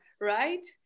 right